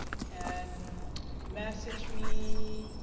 and message me,